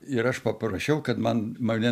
ir aš paprašiau kad man mane